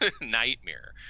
nightmare